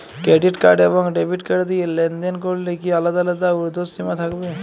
Credit card এবং debit card দিয়ে লেনদেন করলে কি আলাদা আলাদা ঊর্ধ্বসীমা থাকবে?